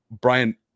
Brian